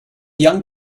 young